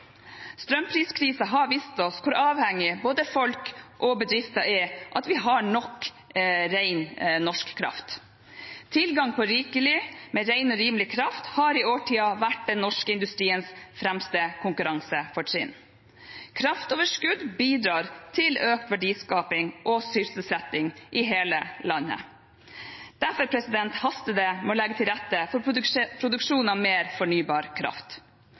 har vist oss hvor avhengig både folk og bedrifter er av at vi har nok ren, norsk kraft. Tilgang på rikelig med ren og rimelig kraft har i årtier vært den norske industriens fremste konkurransefortrinn. Kraftoverskudd bidrar til økt verdiskaping og sysselsetting i hele landet. Derfor haster det med å legge til rette for produksjon av mer fornybar kraft.